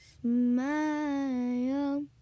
smile